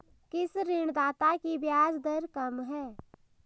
किस ऋणदाता की ब्याज दर कम है?